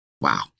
Wow